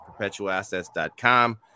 perpetualassets.com